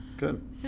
Good